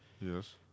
Yes